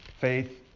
Faith